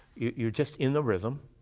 you're just in the rhythm,